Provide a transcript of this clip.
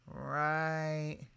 Right